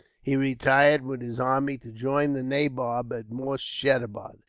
he retired with his army to join the nabob at moorshedabad.